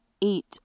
Eat